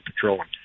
patrolling